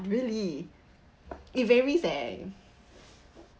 really it varies eh